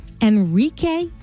Enrique